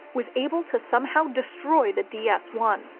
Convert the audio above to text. was able to somehow destroy the ds one,